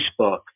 Facebook